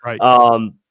right